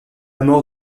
mort